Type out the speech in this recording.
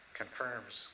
confirms